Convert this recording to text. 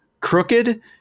crooked